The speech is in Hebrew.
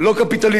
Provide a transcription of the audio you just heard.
תורת ישראל.